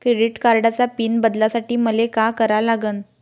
Credit कार्डाचा PIN बदलासाठी मले का करा लागन?